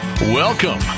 Welcome